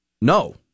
No